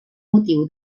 motiu